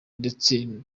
ndetse